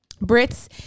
Brit's